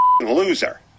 loser